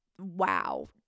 wow